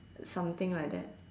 something like that